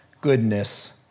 goodness